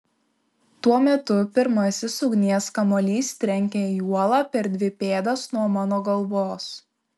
tuo metu pirmasis ugnies kamuolys trenkia į uolą per dvi pėdas nuo mano galvos